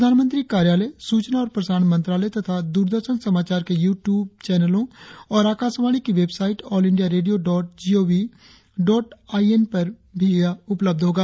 प्रधानमंत्री कार्यालय सूचना और प्रसारण मंत्रालय तथा दूरदर्शन समाचार के यू ट्यूब चैनलों और आकाशवाणी की website all India radio dot gov dot I N पर भी यह उपलब्ध रहेगा